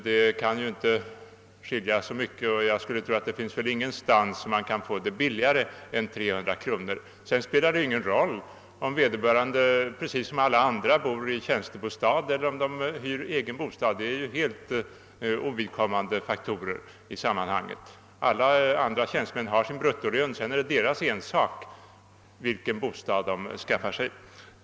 Det kan ju inte skilja så mycket, och jag skulle tro att det inte någonstans går att komma undan billigare än med dessa 300 kr. Sedan spelar det ingen roll om vederbörande får en tjänstebostad eller hyr egen bostad — det är helt ovidkommande i sammanhanget. Alla andra tjänstemän har sin bruttolön, och det är naturligtvis deras ensak vilken bostad de skaffar sig.